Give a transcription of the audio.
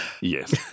yes